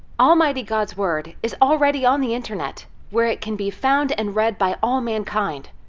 almighty god's word is already on the internet where it can be found and read by all mankind.